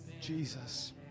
Jesus